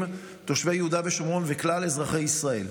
תושבי יהודה ושומרון וכלל אזרחי ישראל.